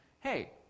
hey